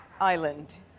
island